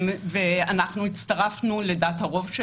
ושם הצטרפנו לדעת הרוב.